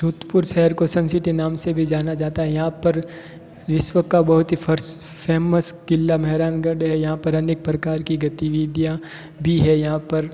जोधपुर शहर को sun city नाम से भी जाना जाता है यहाँ पर विश्व का बहुत ही फर्स फ़ेमस क़िला मेहरानगढ़ है यहाँ पर अनेक प्रकार की गतिविधियाँ भी है यहाँ पर